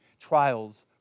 trials